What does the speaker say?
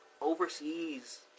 overseas